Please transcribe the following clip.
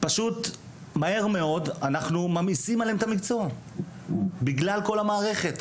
פשוט מהר מאוד אנחנו ממאיסים עליהם את המקצוע בגלל כל המערכת,